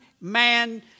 man